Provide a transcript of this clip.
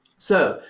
so,